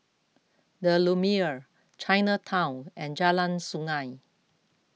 the Lumiere Chinatown and Jalan Sungei